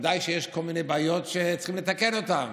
ודאי שיש כל מיני בעיות שצריכים לתקן אותן.